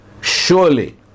surely